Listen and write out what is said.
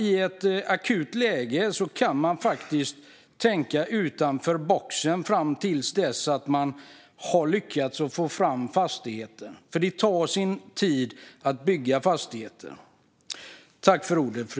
I ett akut läge kan man alltså tänka utanför boxen tills man har fått fram fastigheten. Det tar ju sin tid att bygga fastigheter.